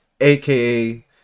aka